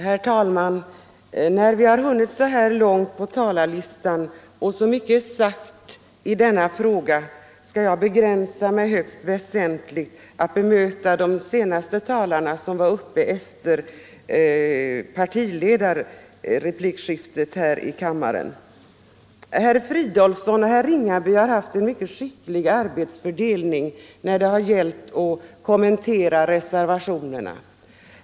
Herr talman! När vi har hunnit så här långt på talarlistan och så mycket är sagt i denna fråga skall jag begränsa mig högst väsentligt när det gäller att bemöta de talare som varit uppe efter partiledarreplikskiftet. Herr Fridolfsson och herr Ringaby har haft en skickligt gjord arbetsfördelning när det har gällt att kommentera reservationerna.